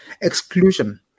exclusion